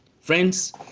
Friends